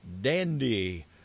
Dandy